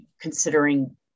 considering